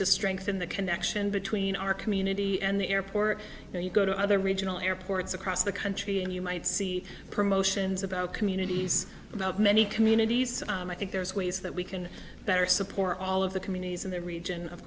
to strengthen the connection between our community and the airport so you go to other regional airports across the country and you might see promotions about communities of many communities and i think there's ways that we can better support all of the communities in the region of